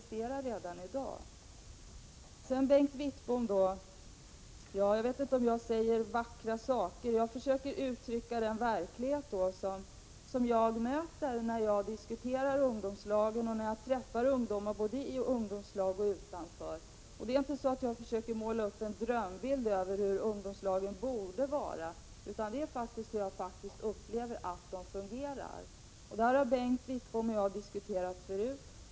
Sedan till Bengt Wittbom: Jag vet inte om jag säger vackra saker. Jag försöker uttrycka den verklighet som jag möter när jag diskuterar ungdomslagen och när jag träffar ungdomar både i och utanför ungdomslag. Det är inte så att jag försöker måla en drömbild av hur ungdomslagen borde vara, utan jag beskriver hur jag faktiskt upplever att de fungerar. Det har Bengt Wittbom och jag diskuterat förut.